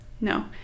No